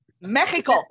Mexico